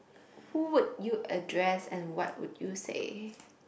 who would you address and what would you say